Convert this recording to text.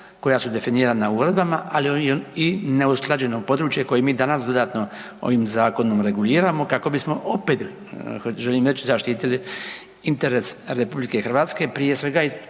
koja su definirana uredbama, ali i neusklađeno područje koje mi danas dodatno ovim zakonom reguliramo kako bismo opet želim reći zaštitili interes Republike Hrvatske. Prije svega